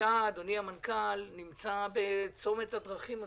אתה, אדוני המנכ"ל, נמצא בצומת הדרכים הזה.